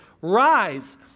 rise